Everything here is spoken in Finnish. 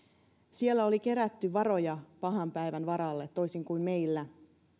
siellä oli kerätty varoja pahan päivän varalle toisin kuin meillä